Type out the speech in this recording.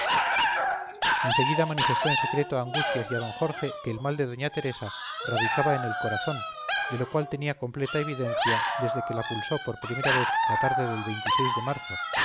en seguida manifestó en secreto a angustias y a d jorge que el mal de doña teresa radicaba en el corazón de lo cual tenía completa evidencia desde que la pulsó por primera vez la tarde del de marzo